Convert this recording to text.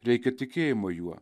reikia tikėjimo juo